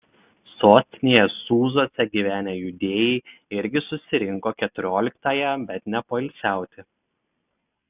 sostinėje sūzuose gyvenę judėjai irgi susirinko keturioliktąją bet ne poilsiauti